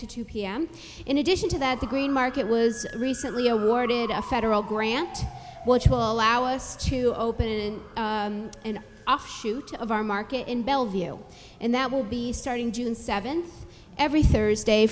to two p m in addition to that the green market was recently awarded a federal grant which will allow us to open an offshoot of our market in bellevue and that will be starting june seventh every thursday